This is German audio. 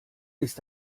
ist